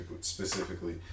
specifically